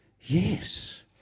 yes